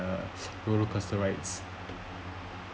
uh roller coasters right